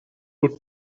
would